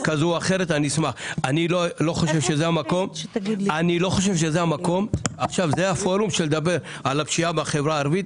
אני לא חושב שזה המקום ושזה הפורום לדבר על הפשיעה בחברה הערבית.